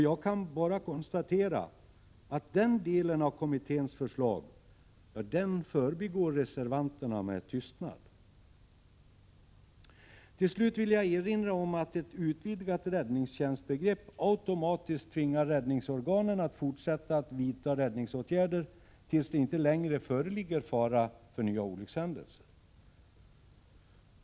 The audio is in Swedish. Jag kan bara konstatera att reservanterna förbigår med tystnad den delen av kommitténs förslag. Till slut vill jag erinra om att ett utvidgat räddningstjänstbegrepp automatiskt tvingar räddningsorganen att fortsätta att vidta räddningsåtgärder tills det inte längre föreligger fara för nya olyckshändelser.